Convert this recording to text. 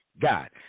God